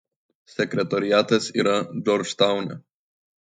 sekretoriatas yra džordžtaune